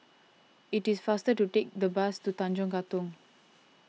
it is faster to take the bus to Tanjong Katong